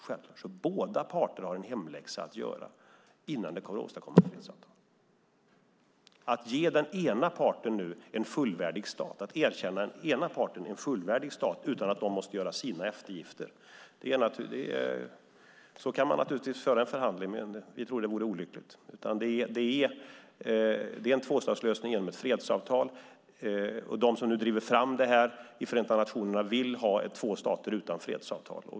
Självklart har båda parter en hemläxa att göra innan det går att åstadkomma ett fredsavtal. Att nu erkänna den ena parten som en fullvärdig stat utan att de måste göra sina eftergifter tror vi vore olyckligt, men så kan man naturligtvis föra en förhandling. Det handlar om en tvåstatslösning genom ett fredsavtal. De som nu driver fram detta i Förenta nationerna vill ha två stater utan fredsavtal.